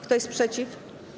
Kto jest przeciw?